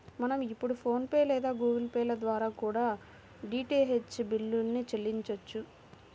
మనం ఇప్పుడు ఫోన్ పే లేదా గుగుల్ పే ల ద్వారా కూడా డీటీహెచ్ బిల్లుల్ని చెల్లించొచ్చు